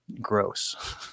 Gross